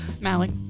malik